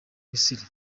misiri